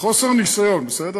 חוסר ניסיון, בסדר?